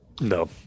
No